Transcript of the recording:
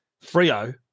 Frio